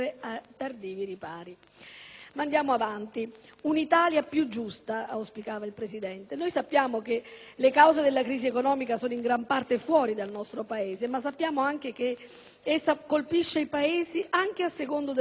Ma andiamo avanti. Un'Italia più giusta, auspicava il Presidente. Noi sappiamo che le cause della crisi economica sono da ricercare in gran parte fuori dal nostro Paese, ma sappiamo anche che essa colpisce i Paesi anche a secondo della loro capacità di reazione;